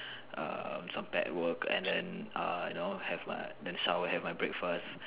err some pair work and then err you know have my so I will have my breakfast